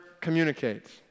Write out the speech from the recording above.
communicates